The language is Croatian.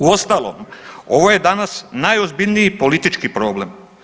Uostalom, ovo je danas najozbiljniji politički problem.